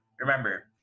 Remember